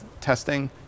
testing